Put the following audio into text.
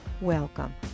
Welcome